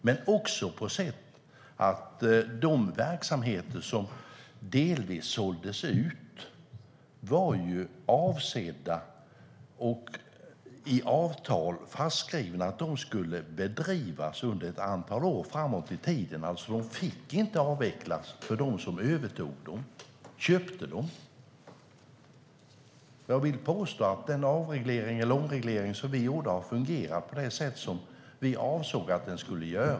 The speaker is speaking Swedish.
Men också för de verksamheter som delvis såldes ut slog man i avtal fast att de skulle bedrivas under ett antal år framåt i tiden, det vill säga att de som övertog dem inte fick avveckla dem. Jag vill påstå att den avreglering eller omreglering som vi gjorde har fungerat på det sätt som vi har avsett.